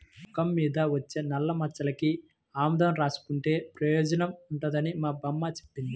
మొఖం మీద వచ్చే నల్లమచ్చలకి ఆముదం రాసుకుంటే పెయోజనం ఉంటదని మా బామ్మ జెప్పింది